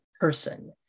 person